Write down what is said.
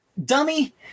Dummy